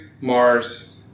Mars